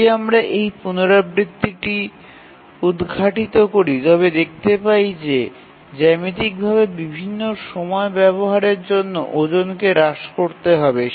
যদি আমরা এই পুনরাবৃত্তিটি উদ্ঘাটিত করি তবে দেখতে পাই যে জ্যামিতিকভাবে বিভিন্ন সময় ব্যবহারের জন্য ওজনকে হ্রাস করতে হবে